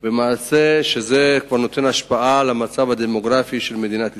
ולמעשה זה כבר משפיע על המצב הדמוגרפי של מדינת ישראל.